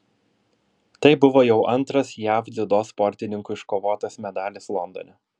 tai buvo jau antras jav dziudo sportininkų iškovotas medalis londone